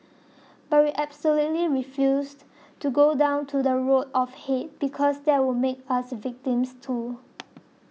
but we absolutely refused to go down to the road of hate because that would make us victims too